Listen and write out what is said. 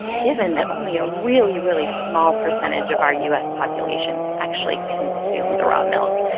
given that only a really, really small percentage of our u s. population actually consume the raw milk.